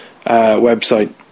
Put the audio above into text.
website